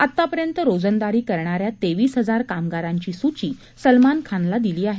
आतापर्यंत रोजंदारी करणाऱ्या तेवीस हजार कामगारांची सुची सलमान खानला दिली आहे